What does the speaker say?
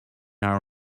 our